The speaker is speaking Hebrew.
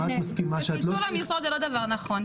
פיצול משרות זה לא דבר נכון.